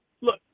Look